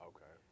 Okay